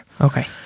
Okay